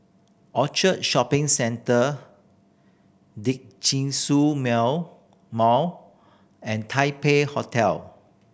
Orchard Shopping Centre Djitsun Mall and Taipei Hotel